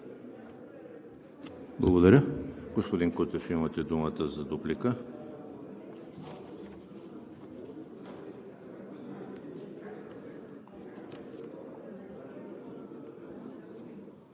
Благодаря. Господин Кутев, имате думата за дуплика.